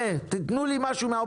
יודעים.